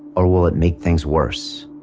or will it make things worse?